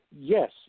yes